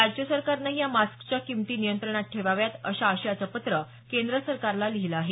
राज्य सरकारनंही या मास्कच्या किंमती नियंत्रणात ठेवाव्यात अशा आशयाचे पत्र केंद्र सरकारला लिहिलं आहे